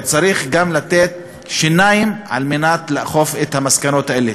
וצריך גם לתת שיניים על מנת לאכוף את המסקנות האלה.